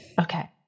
Okay